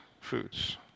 foods